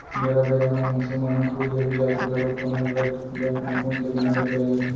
बेरा बेरा म मनसे मन ह खुद ले ही जाके घलोक कोनो ब्लड बेंक म खून के दान करके आ जाथे